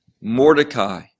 Mordecai